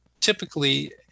typically